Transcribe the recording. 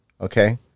Okay